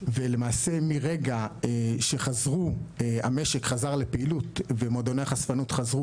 למעשה מרגע שהמשק חזר לפעילות ומועדוני החשפנות חזרו,